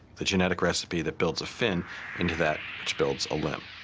the genetic recipe that builds a fin into that which builds a limb.